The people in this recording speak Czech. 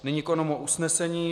Nyní k onomu usnesení.